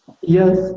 yes